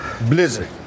Blizzard